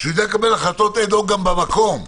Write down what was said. שיודע לקבל החלטות אד-הוק במקום.